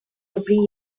every